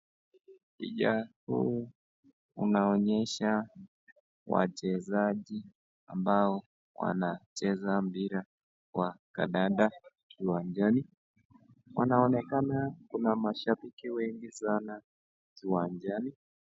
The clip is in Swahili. Picha huu unaonyesha wachezaji ambao wanacheza mpira wa kandanda kiwanjani, wanaonekana kuna mashabiki wengi sana kiwanjani.